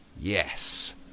Yes